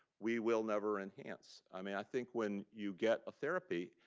we will never enhance. i mean, i think when you get a therapy,